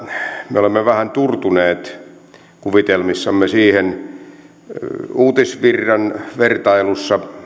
me olemme vähän turtuneet kuvitelmissamme uutisvirran vertailussa